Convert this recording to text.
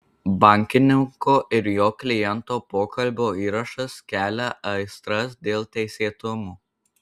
bankininko ir jo kliento pokalbio įrašas kelia aistras dėl teisėtumo